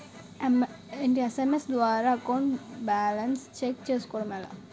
SMS ద్వారా account balance check చేసుకోవటం ఎలా?